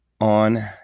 on